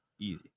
easy